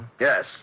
Yes